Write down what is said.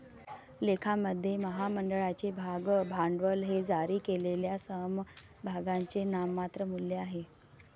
लेखामध्ये, महामंडळाचे भाग भांडवल हे जारी केलेल्या समभागांचे नाममात्र मूल्य आहे